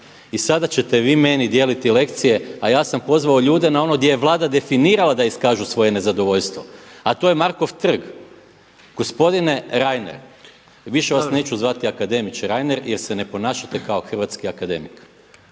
I sada ćete vi meni dijeliti lekcije a ja sam pozvao ljude na ono di je Vlada definirala da iskažu svoje nezadovoljstvo a to je Markov trg. Gospodine Reiner, više vas neću zvati akademiče Reiner jer se ne ponašate kao hrvatski akademik.